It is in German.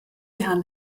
herrn